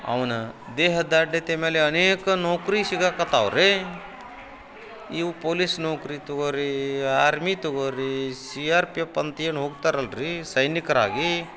ಅವನ ದೇಹ ದಾರ್ಢ್ಯತೆ ಮೇಲೆ ಅನೇಕ ನೌಕರಿ ಸಿಗಾಕ್ಕತಾವೆ ರಿ ಇವು ಪೋಲೀಸ್ ನೌಕರಿ ತೊಗೋ ರೀ ಆರ್ಮಿ ತೊಗೋ ರೀ ಸಿ ಆರ್ ಪಿ ಎಪ್ ಅಂತೇನು ಹೋಗ್ತಾರಲ್ರಿ ಸೈನಿಕರಾಗಿ